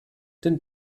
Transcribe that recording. den